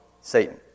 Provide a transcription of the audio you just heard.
Satan